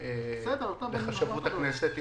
אף אחד מאיתנו לא יכול להתחייב שהכנסת לא מתפזרת והולכת